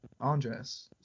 Andres